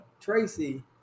Tracy